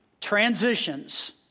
Transitions